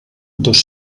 dos